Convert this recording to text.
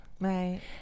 Right